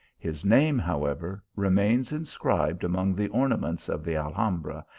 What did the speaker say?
his name, however, remains inscribed among the ornaments of the alhambra,